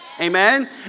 amen